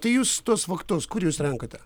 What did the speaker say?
tai jūs tuos faktus kur jūs renkate